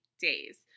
days